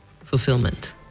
fulfillment